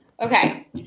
okay